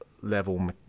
level